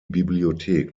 bibliothek